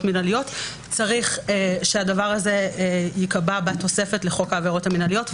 מנהליות צריך שהדבר הזה ייקבע בתוספת לחוק העבירות המנהליות.